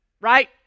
right